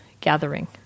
gathering